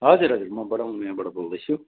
हजुर हजुर म बडा मङमायाबाट बोल्दैछु